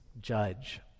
judge